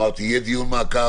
שיהיה דיון מעקב.